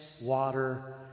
water